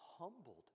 humbled